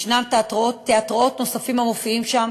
יש תיאטראות נוספים המופיעים שם,